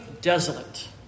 desolate